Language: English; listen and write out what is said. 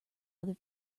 other